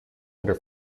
under